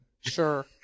Sure